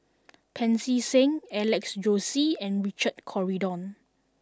Pancy Seng Alex Josey and Richard Corridon